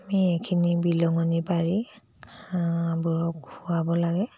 আমি এইখিনি বিলঙনি পাৰি হাঁহবোৰক খোৱাব লাগে